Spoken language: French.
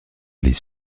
les